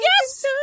yes